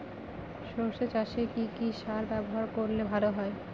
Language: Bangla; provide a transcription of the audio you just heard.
সর্ষে চাসে কি কি সার ব্যবহার করলে ভালো হয়?